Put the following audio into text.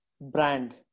brand